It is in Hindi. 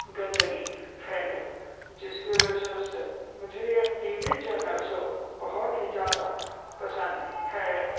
गंदगी फैले जिसकी वजह से मुझे यह टी वी चैनल शो बहुत ही ज़्यादा पसंद है